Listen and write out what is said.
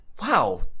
Wow